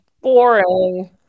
Boring